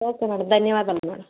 okay madam ధన్యవాదాలు madam